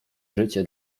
życie